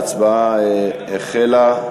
ההצבעה החלה.